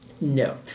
no